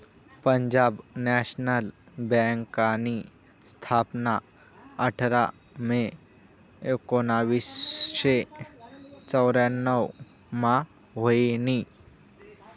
Punjab National बँकनी स्थापना आठरा मे एकोनावीसशे चौर्यान्नव मा व्हयनी